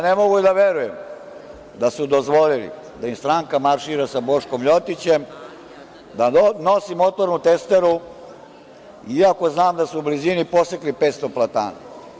Ne mogu da verujem da su dozvolili da im stranka maršira sa Boškom Ljotićem, i da nosi motornu testeru, iako znam da su u blizini posekli 500 platana.